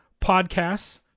podcasts